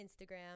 instagram